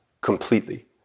completely